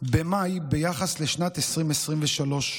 במאי לשנת 2023,